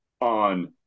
on